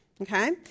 Okay